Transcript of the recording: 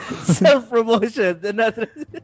Self-promotion